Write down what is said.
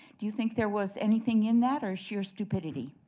do you think there was anything in that or sheer stupidity?